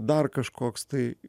dar kažkoks tai